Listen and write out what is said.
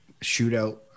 shootout